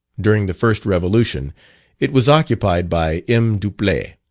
during the first revolution it was occupied by m. duplay,